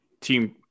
team